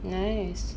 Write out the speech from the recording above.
nice